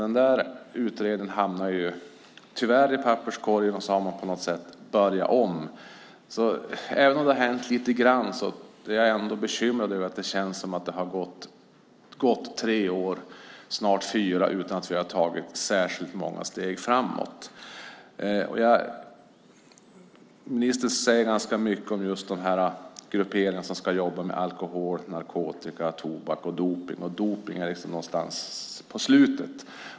Denna utredning hamnade tyvärr i papperskorgen, och så har man på något sätt börjat om. Även om det har hänt lite grann är jag alltså bekymrad över att det känns som att det har gått tre, snart fyra, år utan att vi har tagit särskilt många steg framåt. Ministern säger ganska mycket om de grupperingar som ska jobba med alkohol, narkotika, tobak och dopning. Dopning är alltså någonstans på slutet.